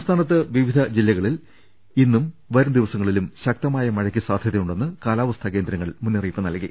സംസ്ഥാനത്ത് വിവിധ ജില്ലകളിൽ ഇന്നും വരും ദിവസങ്ങളിലും ശക്തമായ മഴയ്ക്ക് സാധ്യതയുണ്ടെന്ന് കാലാവസ്ഥാ കേന്ദ്രങ്ങൾ മുന്ന റിയിപ്പ് നൽകി